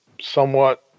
somewhat